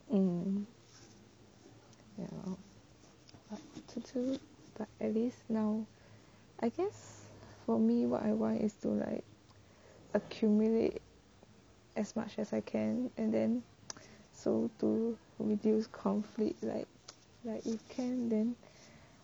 um ya but but at least now I guess for me what I want is to like accumulate as much as I can and then so to reduce conflicts like like if can then